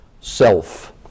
self